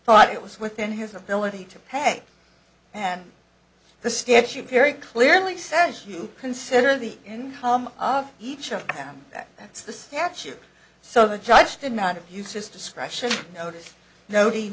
thought it was within his ability to pay and the statute very clearly says you consider the in home of each of them that's the statute so the judge did not abuse his discretion notice noti